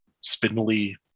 spindly